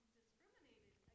discriminated